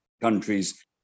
countries